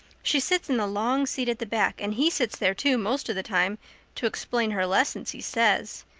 she sits in the long seat at the back and he sits there, too, most of the time to explain her lessons, he says.